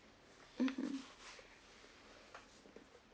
mmhmm